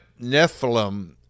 Nephilim